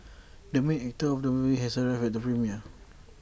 the main actor of the movie has arrived at the premiere